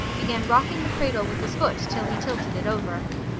began rocking the cradle with his foot, till he tilted it over.